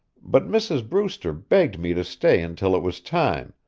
but mrs. brewster begged me to stay until it was time,